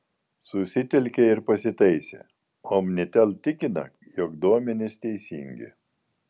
susitelkė ir pasitaisė omnitel tikina jog duomenys teisingi